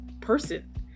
person